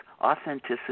authenticity